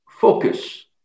focus